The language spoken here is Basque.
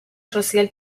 sozial